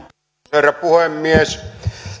herra puhemies